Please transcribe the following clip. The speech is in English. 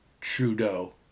Trudeau